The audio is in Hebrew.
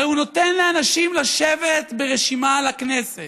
הרי הוא נותן לשבת ברשימה לכנסת